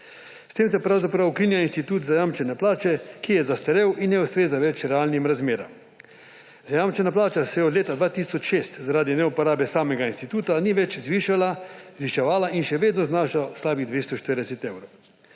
S tem se pravzaprav ukinja institut zajamčene plače, ki je zastarel in ne ustreza več realnim razmeram. Zajamčena plača se od leta 2006 zaradi neuporabe samega instituta ni več zviševala in še vedno zanaša slabih 240 evrov.